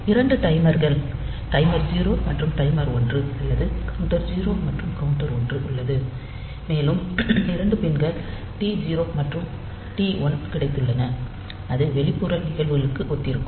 2 டைமர்கள் டைமர் 0 மற்றும் டைமர் 1 அல்லது கவுண்டர் 0 மற்றும் கவுண்டர் ஒன்று உள்ளது மேலும் 2 பின் கள் டி0 மற்றும் டி1 கிடைத்துள்ளன அது வெளிப்புற நிகழ்வுகளுக்கு ஒத்திருக்கும்